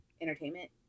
entertainment